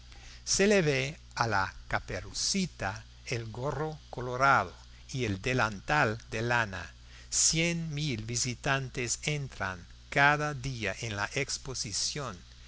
se le ve a la caperucita el gorro colorado y el delantal de lana cien mil visitantes entran cada día en la exposición